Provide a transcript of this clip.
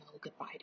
goodbye